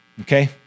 Okay